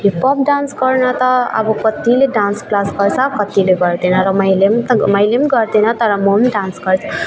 hip hop dance गर्नु त अब कतिले डान्स क्लास गर्छ कतिले गर्दैन र मैले त मैले गर्दैन तर म डान्स गर